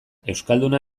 euskalduna